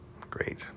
Great